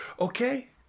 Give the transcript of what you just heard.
Okay